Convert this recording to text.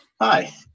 Hi